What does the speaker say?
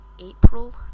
April